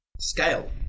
scale